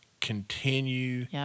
Continue